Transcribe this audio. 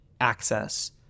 access